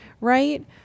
Right